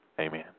Amen